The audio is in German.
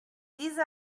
diese